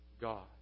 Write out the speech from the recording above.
God